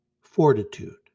Fortitude